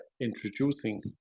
introducing